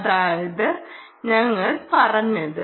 അതാണ് ഞങ്ങൾ പറഞ്ഞത്